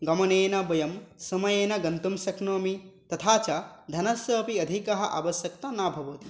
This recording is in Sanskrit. गमनेन वयं समयेन गन्तुं शक्नोमि तथा च धनस्य अपि अधिका आवश्यकता न भवति